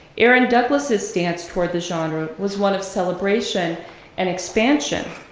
aaron douglas's stance towards the genre was one of celebration and expansion.